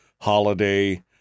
holiday